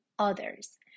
others